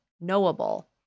knowable